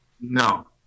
No